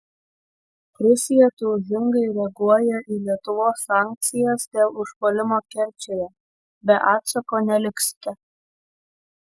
rusija tulžingai reaguoja į lietuvos sankcijas dėl užpuolimo kerčėje be atsako neliksite